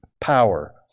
power